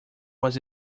was